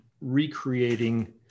recreating